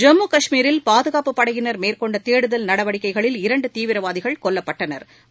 ஜம்மு காஷ்மீரில் பாதுகாப்பு படையினர் மேற்கொண்ட தேடுதல் நடவடிக்கைகளில் இரண்டு தீவிரவாதிகள் கொல்லப்பட்டனா்